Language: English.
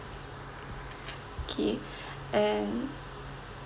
K and um